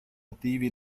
attivi